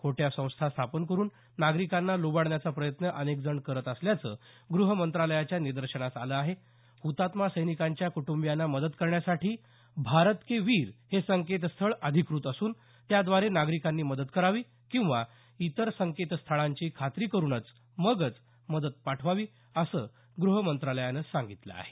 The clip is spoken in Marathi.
खोट्या संस्था स्थापन करुन नागरिकांना ल्बाडण्याचा प्रयत्न अनेक जण करत असल्याचं ग्रह मंत्रालयाच्या निदर्शनास आलं आहे हुतात्मा सैनिकांच्या कुटंबीयांना मदत करण्यासाठी भारत के वीर हे संकेतस्थळ अधिकृत असून त्याद्वारे नागरिकांनी मदत करावी किंवा इतर संकेतस्थळांची खात्री करुन मगच मदत पाठवावी असं गृह मंत्रालयानं सांगितलं आहे